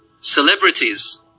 Celebrities